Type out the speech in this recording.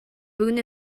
бүгүн